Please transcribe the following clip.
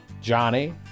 Johnny